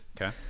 Okay